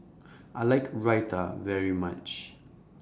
I like Raita very much